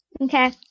Okay